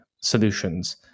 solutions